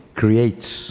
creates